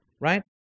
right